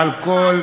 אז קודם כול,